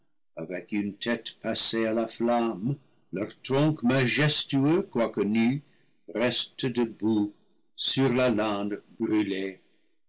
avec une tête passée à la flamme leur tronc majestueux quoique nu reste debout sur la lande brûlée